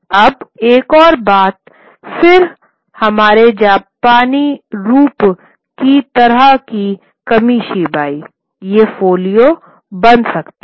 अब एक बार फिर हमारे जापानी रूप की तरह ही कमिशीबाई ये फोलियो बन सकते हैं